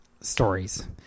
stories